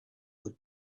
would